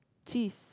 cheese